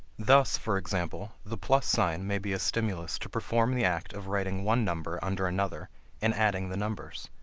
thus, for example, the plus sign may be a stimulus to perform the act of writing one number under another and adding the numbers,